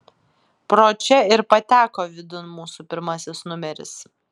pro čia ir pateko vidun mūsų pirmasis numeris